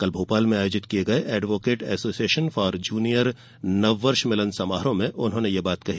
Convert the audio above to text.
कल भोपाल में आयोजित कये गयेएडवोकेट एसोसिएशन फॉर जूनियर नव वर्ष मिलन समारोह में उन्होंने यह बात कही